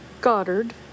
Goddard